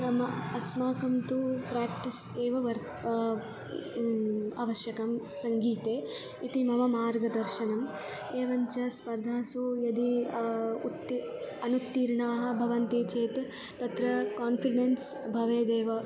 मम अस्माकं तु प्राक्टिस् एव वर्तते आवश्यकं सङ्गीते इति मम मार्गदर्शनम् एवञ्च स्पर्धासु यदि उत्ति अनुत्तीर्णाः भवन्ति चेत् तत्र कान्फिडेन्स् भवेदेव